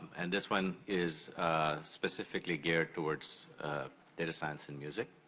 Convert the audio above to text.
and this one is specifically geared towards data science and music.